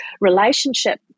relationship